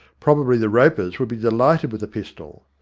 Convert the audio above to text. probably the ropers would be delighted with a pistol.